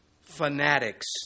fanatics